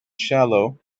shallow